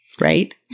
right